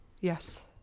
Yes